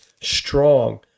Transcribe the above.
strong